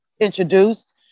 introduced